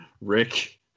Rick